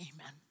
amen